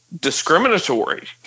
discriminatory